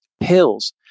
pills